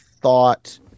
thought